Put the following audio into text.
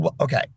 Okay